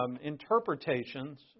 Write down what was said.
interpretations